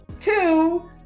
two